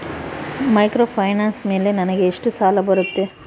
Microfinance ಮೇಲೆ ನನಗೆ ಎಷ್ಟು ಸಾಲ ಬರುತ್ತೆ?